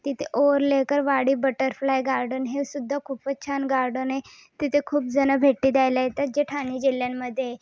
तिथे Ovalekar Wadi butterfly garden हेसुद्धा खूपच छान गार्डन आहे तिथे खूपजणं भेटी द्यायला येतात जे ठाणे जिल्ह्यामध्ये आहेत